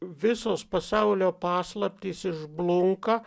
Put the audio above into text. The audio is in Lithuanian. visos pasaulio paslaptys išblunka